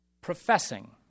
Professing